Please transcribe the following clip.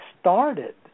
started